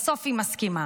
בסוף היא מסכימה.